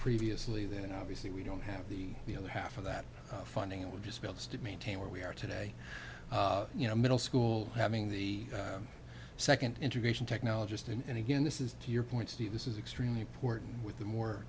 previously then obviously we don't have the the other half of that funding it would just builds to maintain where we are today you know middle school having the second integration technologist and again this is to your point steve this is extremely important with the more